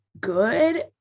good